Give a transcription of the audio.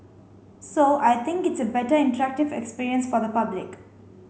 so I think it's a better interactive experience for the public